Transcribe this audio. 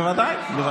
עבריין, בוודאי.